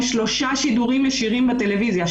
יש שלושה שידורים ישירים בטלוויזיה,